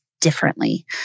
differently